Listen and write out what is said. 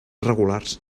regulars